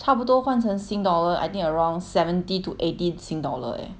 差不多换成 sing dollar I think around seventy to eighty sing dollar eh